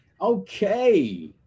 Okay